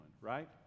right